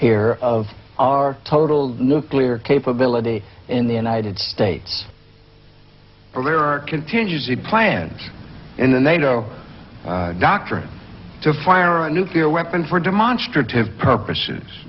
here of our total no clear capability in the united states or there are contingency plans in the nato doctrine to fire a nuclear weapon for demonstrative purposes